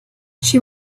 she